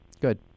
Good